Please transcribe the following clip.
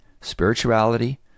spirituality